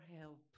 help